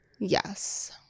Yes